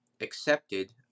accepted